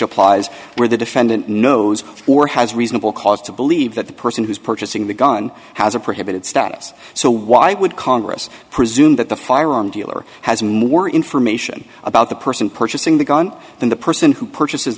applies where the defendant knows or has reasonable cause to believe that the person who's purchasing the gun has a prohibited status so why would congress presume that the firearm dealer has more information about the person purchasing the gun than the person who purchases